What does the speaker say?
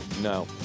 no